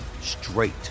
straight